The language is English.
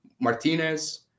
martinez